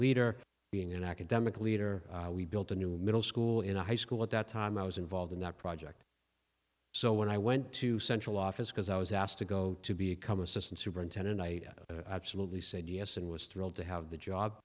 leader being an academic leader we built a new middle school in a high school at the time i was involved in that project so when i went to central office because i was asked to go to be a come assistant superintendent i salute he said yes and was thrilled to have the job